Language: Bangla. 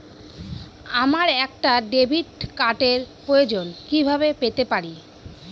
আমার একটা ডেবিট কার্ডের প্রয়োজন কিভাবে পেতে পারি?